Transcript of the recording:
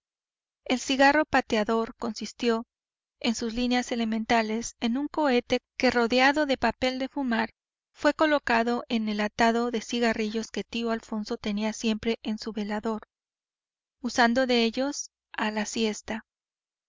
el cigarro pateador consistió en sus líneas elementales en un cohete que rodeado de papel de fumar fué colocado en el atado de cigarrillos que tío alfonso tenía siempre en su velador usando de ellos a la siesta